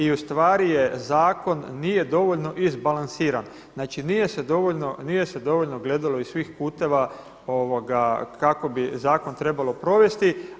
I u stvari je zakon nije dovoljno izbalansiran, znači nije se dovoljno gledalo iz svih kuteva kako bi zakon trebalo provesti.